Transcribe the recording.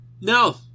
No